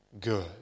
good